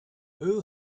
who